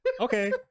Okay